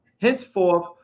henceforth